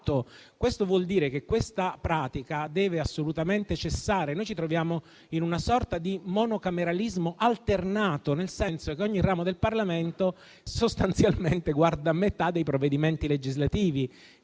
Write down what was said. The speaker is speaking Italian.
e ciò vuol dire che questa pratica deve assolutamente cessare. Noi ci troviamo in una sorta di monocameralismo alternato, nel senso che ogni ramo del Parlamento sostanzialmente guarda metà dei provvedimenti legislativi.